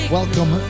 Welcome